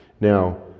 Now